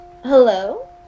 Hello